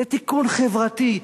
לתיקון חברתי.